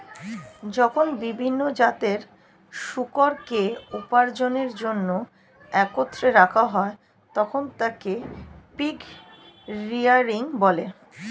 যখন বিভিন্ন জাতের শূকরকে উপার্জনের জন্য একত্রে রাখা হয়, তখন তাকে পিগ রেয়ারিং বলে